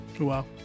Wow